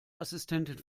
assistentin